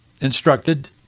instructed